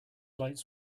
lights